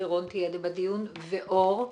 לירון תהיה בדיון ואור,